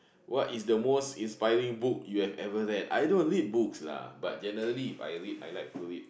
what is the most inspiring book you have ever read I don't read books lah but generally If I read I like to read